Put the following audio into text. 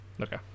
Okay